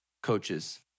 coaches